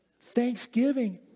thanksgiving